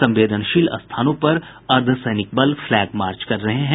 संवेदनशील स्थानों पर अर्द्वसैनिक बल फ्लैग मार्च कर रहे हैं